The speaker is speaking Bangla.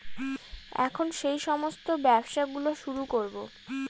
এখন সেই সমস্ত ব্যবসা গুলো শুরু করবো